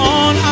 on